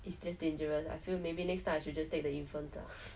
it's just dangerous I feel maybe next time I should just take the infants lah